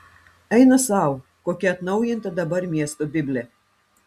eina sau kokia atnaujinta dabar miesto biblė